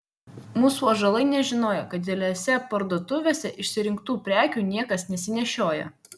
mūsų ąžuolai nežinojo kad didelėse parduotuvėse išsirinktų prekių niekas nesinešioja